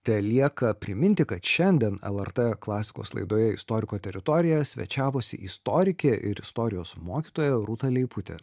telieka priminti kad šiandien lrt klasikos laidoje istoriko teritorija svečiavosi istorikė ir istorijos mokytoja rūta leiputė